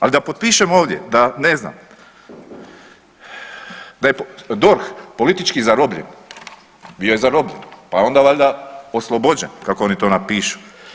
Ali da potpišemo ovdje da ne znam da je DORH politički zarobljen, bio je zarobljen, pa je onda valjda oslobođen kako oni to napišu.